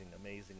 amazing